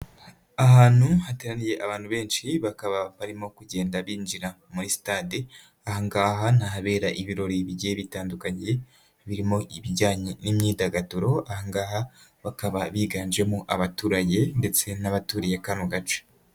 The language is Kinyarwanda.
Aantu hateraniye abantu benshi bakaba barimo kugenda binjira muri sitade, aha ngaha ni ahabera ibirori bigiye bitandukanye, birimo ibijyanye n'imyidagaduro, aha ngaha bakaba biganjemo abaturage ndetse n'abaturiye kano gace.